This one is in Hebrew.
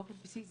באופן בסיסי